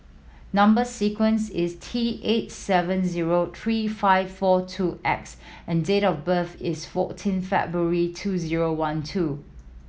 number sequence is T eight seven zero three five four two X and date of birth is fourteen February two zero one two